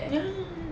ya ya ya